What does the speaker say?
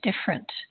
different